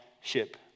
ship